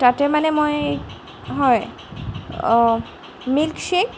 তাতে মানে মই হয় মিল্ক্বেক